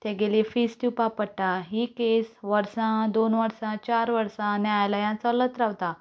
तेगेली fees दिवपा पडटात ही केस वर्सा दोन वर्सां चार वर्सां न्यायालयांत चलत रावता